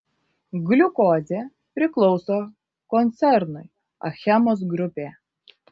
gliukozė priklauso koncernui achemos grupė